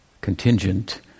contingent